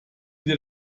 dir